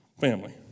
family